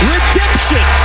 Redemption